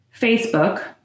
Facebook